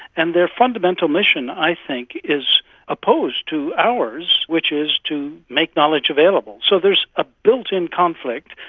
and their fundamental mission i think is opposed to ours, which is to make knowledge available. so there's a built-in conflict,